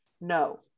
no